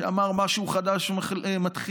שאמר: משהו חדש מתחיל,